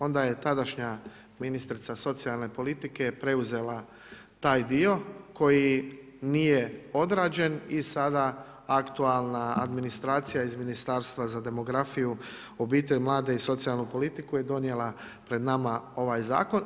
Onda je tadašnja ministrica socijalne politike preuzela taj dio koji nije odrađen i sada aktualna administracija iz Ministarstva za demografiju, obitelj, mlade i socijalnu politiku je donijela pred nama ovaj zakon.